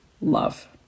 love